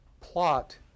plot